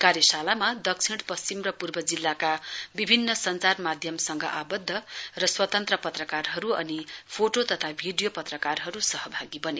कार्यशालामा दक्षिण पश्चिम र पूर्व जिल्लाका विभिन्न सञ्चारकर्मीहरूसँग आबद्ध र स्वतन्त्र पत्रकारहरू अनि फोटो तथा भिडियो पत्रकारहरू सहभागी बने